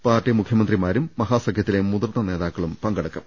party മുഖ്യമന്ത്രിമാരും മഹാസഖ്യ ത്തിലെ മുതിർന്ന നേതാക്കളും പങ്കെടുക്കും